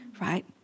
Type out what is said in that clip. right